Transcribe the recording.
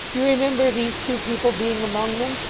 you remember these two people being among them?